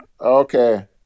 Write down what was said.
Okay